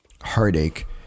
heartache